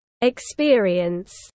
experience